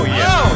yo